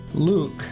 Luke